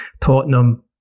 Tottenham